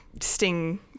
sting